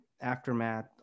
aftermath